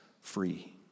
free